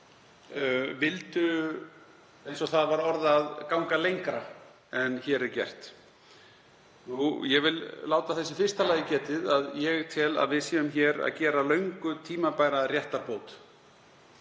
vildu, eins og það var orðað, ganga lengra en hér er gert. Ég vil láta þess í fyrsta lagi getið að ég tel að við séum hér að gera löngu tímabæra réttarbót,